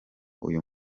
uyu